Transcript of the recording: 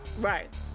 Right